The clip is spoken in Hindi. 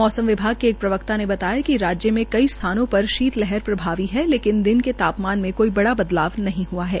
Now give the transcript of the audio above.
मौसम विभागके एक प्रवक्ता ने बताया कि राज्य में कई स्थानों पर शीत लहर प्रभावी है लेकिन दिन के तापमान मे कोई बड़ा बदलाव नहीं हआ है